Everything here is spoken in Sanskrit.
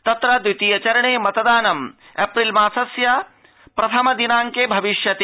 तत्र द्वितीय चरणे मतदानं अप्रैलमासस्य प्रथमदिनांके भविष्यति